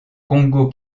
congo